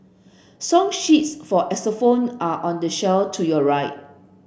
song sheets for xylophone are on the shelf to your right